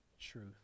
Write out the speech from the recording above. truth